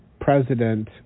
president